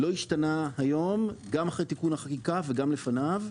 לא השתנה היום, גם אחרי תיקון החקיקה וגם לפניו.